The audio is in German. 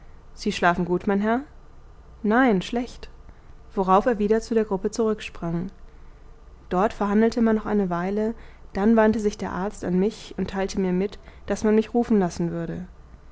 sie schlafen gut mein herr nein schlecht worauf er wieder zu der gruppe zurück sprang dort verhandelte man noch eine weile dann wandte sich der arzt an mich und teilte mir mit daß man mich rufen lassen würde